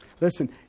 Listen